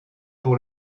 pour